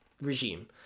regime